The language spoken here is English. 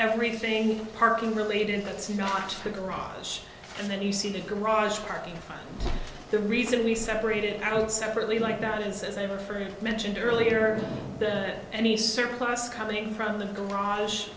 everything parking related that's not the garage and then you see the garage parking and the reason we separated out separately like that is as ever mentioned earlier the any surplus coming from the garage